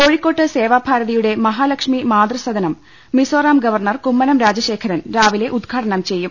കോഴിക്കോട്ട് സേവാഭാരതിയുടെ മഹാലക്ഷ്മി മാതൃസദനം മിസോറാം ഗവർണർ കുമ്മനം രാജശേഖരൻ രാവിലെ ഉദ്ഘാടനം ചെയ്യും